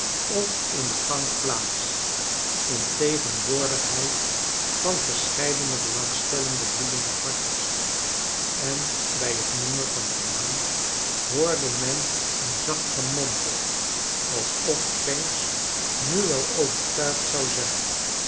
of in de gang plaats in tegenwoordigheid van verscheidene belangstellende bloedende harters en bij het noemen van dien naam hoorde men een zacht gemompel als of pancks nu wel overtuigd zou zijn